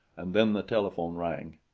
and then the telephone-bell rang.